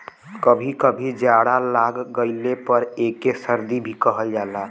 कभी कभी जाड़ा लाग गइले पर एके सर्दी भी कहल जाला